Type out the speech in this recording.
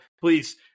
please